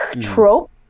trope